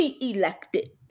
elected